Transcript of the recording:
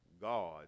God